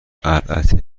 البته